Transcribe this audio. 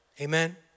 amen